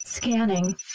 Scanning